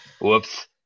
whoops